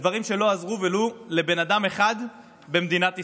בדברים שלא עזרו ולו לבן אדם אחד במדינת ישראל.